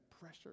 pressure